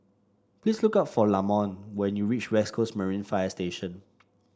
please look for Lamont when you reach West Coast Marine Fire Station